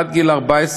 עד גיל 14,